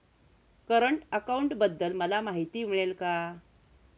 Current अकाउंटबद्दल मला माहिती मिळेल का?